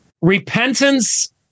repentance